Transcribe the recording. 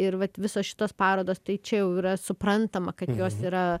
ir vat visos šitos parodos tai čia jau yra suprantama kad jos yra